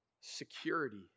security